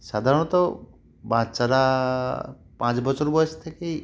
সাধারণত বাচ্চারা পাঁচ বছর বয়স থেকেই